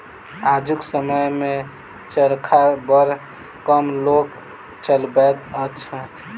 आजुक समय मे चरखा बड़ कम लोक चलबैत छथि